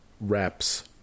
wraps